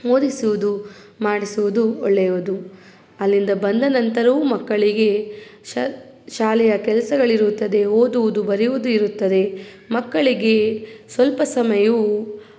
ಓದಿಸುವುದು ಮಾಡಿಸುವುದು ಒಳ್ಳೆಯದು ಅಲ್ಲಿಂದ ಬಂದ ನಂತರವೂ ಮಕ್ಕಳಿಗೆ ಶಾಲೆಯ ಕೆಲಸಗಳಿರುತ್ತದೆ ಓದುವುದು ಬರೆಯುವುದು ಇರುತ್ತದೆ ಮಕ್ಕಳಿಗೆ ಸ್ವಲ್ಪ ಸಮಯವೂ